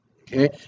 okay